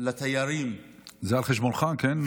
לתיירים והורידו, זה על חשבונך, כן?